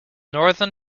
northern